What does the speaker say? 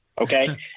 Okay